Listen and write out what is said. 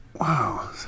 Wow